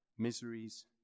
Miseries